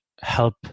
help